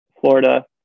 Florida